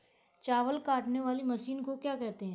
चावल काटने वाली मशीन को क्या कहते हैं?